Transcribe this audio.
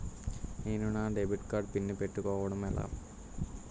నేను నా debit card PIN పెట్టుకోవడం ఎలా?